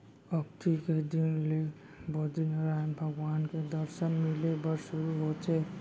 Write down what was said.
अक्ती के दिन ले बदरीनरायन भगवान के दरसन मिले बर सुरू होथे